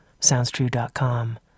SoundsTrue.com